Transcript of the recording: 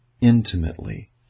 intimately